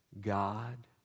God